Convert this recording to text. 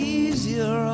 easier